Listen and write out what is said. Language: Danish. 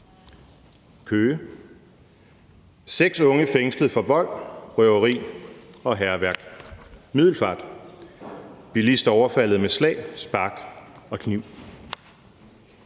Køge: »Seks unge fængslet for vold, røveri og hærværk«. Middelfart: »Bilist overfaldet med slag, spark og kniv«.